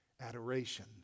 adoration